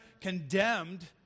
condemned